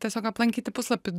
tiesiog aplankyti puslapį